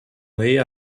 leia